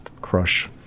crush